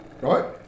right